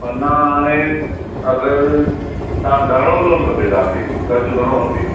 पना हाणे अगरि तव्हां घणो लोन खपे तव्हांखे कर्ज़ु घणो खपे